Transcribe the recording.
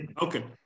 Okay